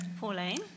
Pauline